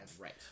Right